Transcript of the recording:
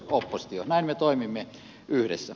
näin me toimimme yhdessä